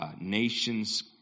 nations